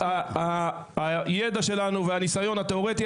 ובזכות הידע שלנו והניסיון התאורטי